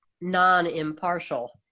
non-impartial